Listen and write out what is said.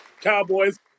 Cowboys